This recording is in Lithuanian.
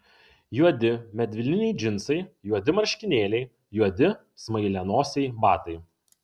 juodi medvilniniai džinsai juodi marškinėliai juodi smailianosiai batai